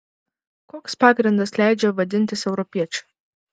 koks pagrindas leidžia vadintis europiečiu